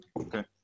Okay